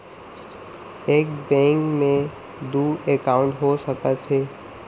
एक बैंक में दू एकाउंट हो सकत हे?